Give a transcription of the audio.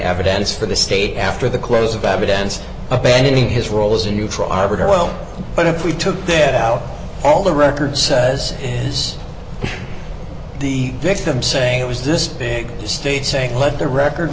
evidence for the state after the close of evidence abandoning his role as a neutral arbiter well but if we took their doubt all the record says is the victim saying it was this big state saying let the record